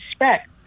respect